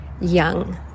young